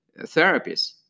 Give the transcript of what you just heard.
therapies